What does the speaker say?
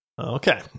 Okay